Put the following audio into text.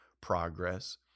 progress